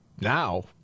Now